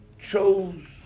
chose